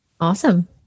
Awesome